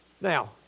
Now